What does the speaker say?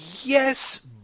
Yes